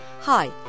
Hi